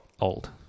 old